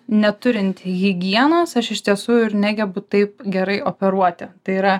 neturint higienos aš iš tiesų ir negebu taip gerai operuoti tai yra